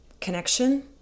Connection